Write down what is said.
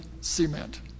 cement